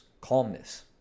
calmness